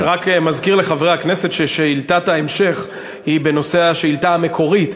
אני רק מזכיר לחברי הכנסת ששאילתת ההמשך היא בנושא השאילתה המקורית,